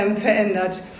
verändert